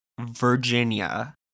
Virginia